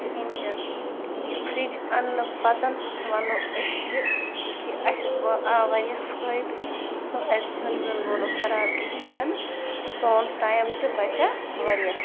کِہِن تہِ نہٕ یہِ فرِج اَننہٕ پَتہٕ وَنو أسۍ زِ کہِ اسہِ گوٚو آو واریاہ فٲیدٕ سیون ویُن گوٚو نہٕ خَراب کِہِنۍ تہِ نہٕ تہٕ سون ٹایم تہِ بَچیوو واریاہ